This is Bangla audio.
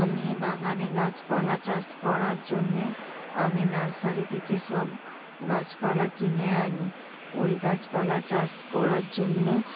আমি বাগানে গাছপালা চাষ করার জন্যে আমি নার্সারি থেকে সব গাছপালা কিনে আনি ওই গাছপালা চাষ করার জন্য